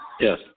Yes